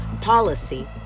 Policy